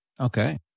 Okay